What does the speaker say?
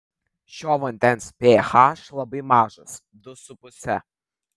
šio vandens ph labai mažas du su puse